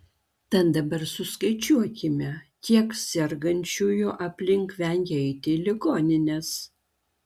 tad dabar suskaičiuokime kiek sergančiųjų aplink vengia eiti į ligonines